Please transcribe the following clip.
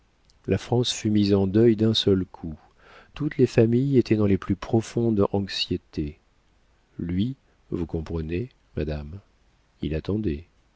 la france fut mise en deuil d'un seul coup toutes les familles étaient dans la plus profonde anxiété lui vous comprenez madame il attendait